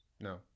No